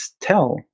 tell